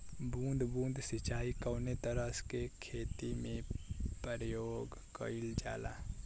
बूंद बूंद सिंचाई कवने तरह के खेती में प्रयोग कइलजाला?